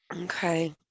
okay